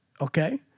okay